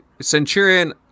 Centurion